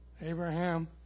Abraham